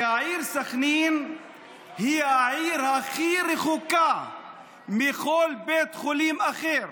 כי העיר סח'נין היא העיר הכי רחוקה מכל בית חולים אחר,